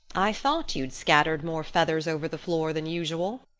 i thought you'd scattered more feathers over the floor than usual,